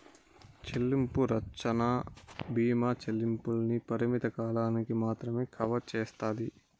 చెల్లింపు రచ్చన బీమా చెల్లింపుల్ని పరిమిత కాలానికి మాత్రమే కవర్ సేస్తాది